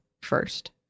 first